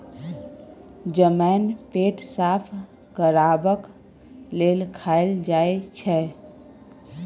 जमैन पेट साफ करबाक लेल खाएल जाई छै